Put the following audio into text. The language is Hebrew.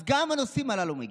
אז גם הנושאים הללו מגיעים.